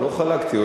לא חלקתי.